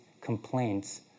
complaints